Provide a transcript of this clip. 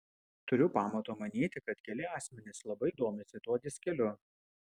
turiu pamato manyti kad keli asmenys labai domisi tuo diskeliu